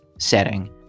setting